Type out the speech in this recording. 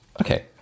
Okay